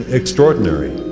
extraordinary